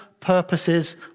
purposes